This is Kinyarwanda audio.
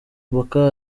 mboka